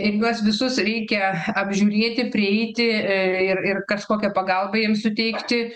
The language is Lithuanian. ir juos visus reikia apžiūrėti prieiti ir ir kažkokią pagalbą jiems suteikti